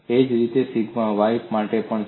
એ જ રીતે sigma Y માટે પણ છે